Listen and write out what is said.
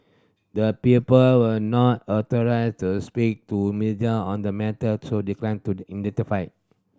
the people were not authorised to speak to media on the matter so declined to the identified